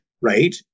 right